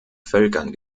völkern